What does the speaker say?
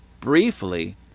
briefly